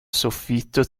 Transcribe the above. soffitto